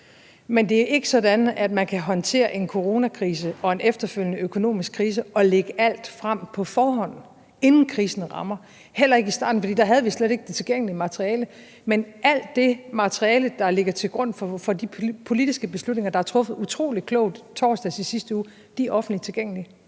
Men det er ikke sådan, at man kan håndtere en coronakrise og en efterfølgende økonomisk krise og lægge alt frem på forhånd, inden krisen rammer, heller ikke i starten, for da havde vi slet ikke det tilgængelige materiale. Men alt det materiale, der ligger til grund for de politiske beslutninger, der er truffet utrolig klogt torsdag i sidste uge, er offentligt tilgængeligt.